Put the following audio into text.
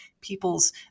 people's